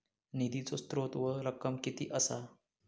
निधीचो स्त्रोत व रक्कम कीती असा?